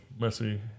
messy